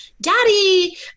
Daddy